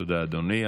תודה, אדוני.